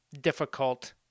difficult